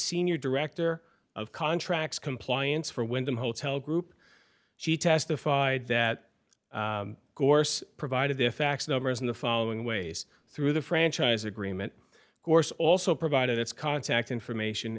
senior director of contracts compliance for wyndham hotel group she testified that course provided their fax numbers in the following ways through the franchise agreement of course also provided its contact information